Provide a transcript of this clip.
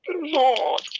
Lord